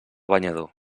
banyador